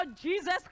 Jesus